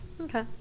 Okay